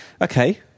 Okay